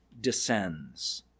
descends